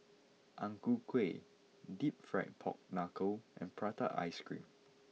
Ang Ku Kueh Deep Fried Pork Knuckle and Prata Ice Cream